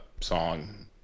song